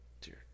dear